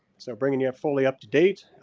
so bringing you up fully up to date.